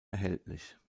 erhältlich